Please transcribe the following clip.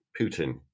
Putin